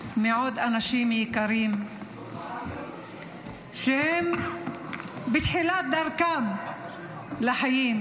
מעוד אנשים יקרים שהם בתחילת דרכם בחיים.